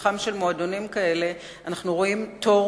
בפתחם של מועדונים כאלה אנחנו רואים תור